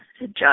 judge